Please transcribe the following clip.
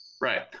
Right